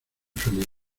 feliz